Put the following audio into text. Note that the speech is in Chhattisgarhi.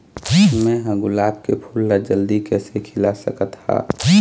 मैं ह गुलाब के फूल ला जल्दी कइसे खिला सकथ हा?